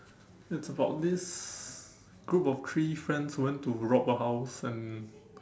it's about this group of three friends who went to rob a house and